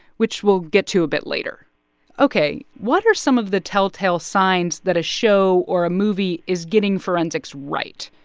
which we'll get to a bit later ok, what are some of the telltale signs that a show or a movie is getting forensics right?